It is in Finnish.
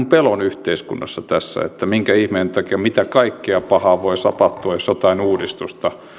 pelon yhteiskunnassa tässä että minkä ihmeen takia mitä kaikkea pahaa voi tapahtua jos jotain uudistusta